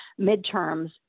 midterms